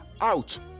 out